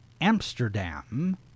Amsterdam